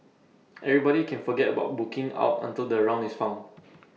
everybody can forget about booking out until the round is found